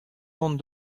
vont